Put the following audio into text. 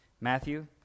Matthew